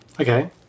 Okay